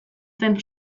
zen